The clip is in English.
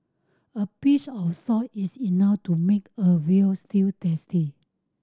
a pinch of salt is enough to make a veal stew tasty